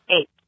eight